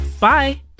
Bye